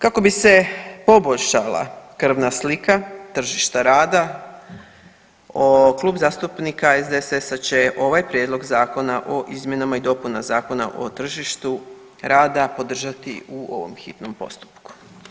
Kako bi se poboljšala krvna slika tržišta rada Klub zastupnika SDSS-a će ovaj prijedlog zakona o izmjenama i dopunama Zakona o tržištu rada podržati u ovom hitnom postupku.